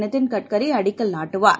நிதின் கட்கரிஅடிக்கல் நாட்டுவார்